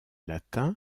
latin